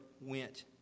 went